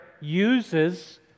uses